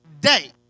day